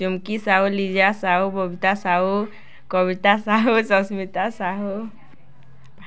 Chumki Sahu Liza Sahu Babita Sahu Kabita Sahu Sasmita Sahu